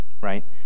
right